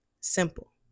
simple